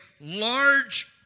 large